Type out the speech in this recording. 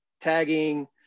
tagging